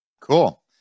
Cool